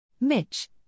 Mitch